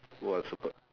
what super